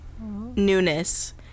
newness